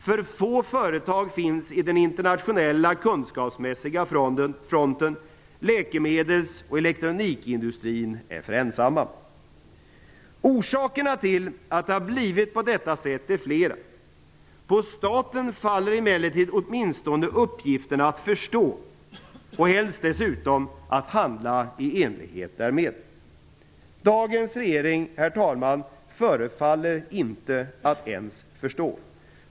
För få företag finns i den internationella kunskapsmässiga fronten. Läkemedels och elektronikindustrin är för ensamma. Orsakerna till att det blivit på det här sättet är flera. På staten faller emellertid åtminstone uppgiften att förstå, och helst dessutom att handla i enlighet därmed. Dagens regering, herr talman, förefaller att inte ens förstå.